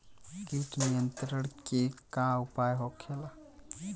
कीट नियंत्रण के का उपाय होखेला?